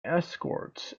escorts